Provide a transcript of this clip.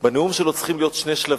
בנאום שלו, צריכים להיות שני שלבים: